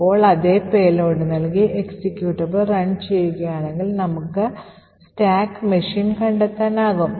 ഇപ്പോൾ അതെ പേലോഡ് നൽകി എക്സിക്യൂട്ടബിൾ റൺ ചെയ്യുകയാണെങ്കിൽ നമുക്ക് സ്റ്റാക്ക് മെഷീൻ കണ്ടെത്താനാകും